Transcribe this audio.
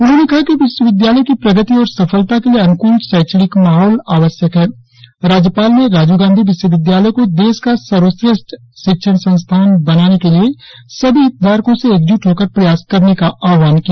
उन्होंने कहा कि विश्वविद्यालय की प्रगति और सफलता के लिए अनुकूल शैक्षणिक माहौल आवश्यक राज्यपाल ने राजीव गांधी विश्वविद्यालय को देश का सर्वश्रेष्ठ शिक्षण संस्थान बनाने के लिए सभी हितधारको से एकजूट होकर प्रयास करने का आह्वान किया